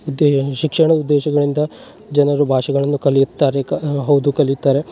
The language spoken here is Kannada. ಉದ್ದೇ ಶಿಕ್ಷಣ ಉದ್ದೇಶಗಳಿಂದ ಜನರು ಭಾಷೆಗಳನ್ನು ಕಲಿಯುತ್ತಾರೆ ಕ ಹೌದು ಕಲಿಯುತ್ತಾರೆ